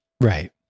Right